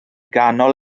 ganol